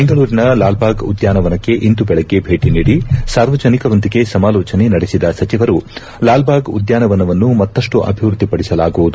ಬೆಂಗಳೂರಿನ ಲಾಲ್ಬಾಗ್ ಉದ್ಯಾನವನಕ್ಕೆ ಇಂದು ದೆಳಗ್ಗೆ ಭೇಟಿ ನೀಡಿ ಸಾರ್ವಜನಿಕರೊಂದಿಗೆ ಸಮಾಲೋಚನೆ ನಡೆಸಿದ ಸಚಿವರು ಲಾಲ್ ಬಾಗ್ ಉದ್ಯಾನವನ್ನು ಮತ್ತಪ್ಪು ಅಭಿವೃದ್ಧಿಪಡಿಸಲಾಗುವುದು